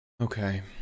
Okay